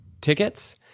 tickets